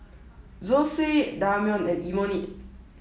Zosui Ramyeon and Imoni